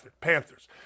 Panthers